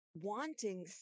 wanting